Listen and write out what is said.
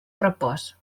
repòs